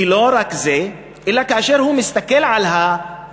ולא רק זה, אלא כאשר הוא מסתכל על השכנים,